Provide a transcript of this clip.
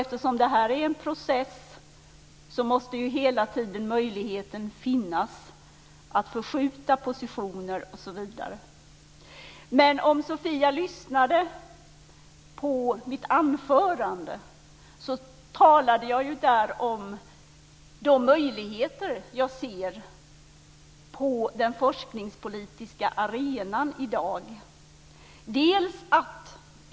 Eftersom det här är en process måste det hela tiden finnas möjlighet att förskjuta positioner osv. Om Sofia Jonsson lyssnade på mitt anförande hörde hon att jag där talade om de möjligheter jag ser på den forskningspolitiska arenan i dag.